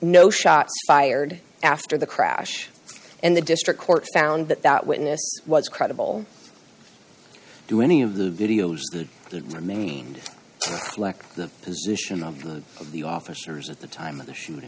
no shots fired after the crash and the district court found that that witness was credible do any of the videos that remained collect the position of the of the officers at the time of the shooting